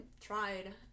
tried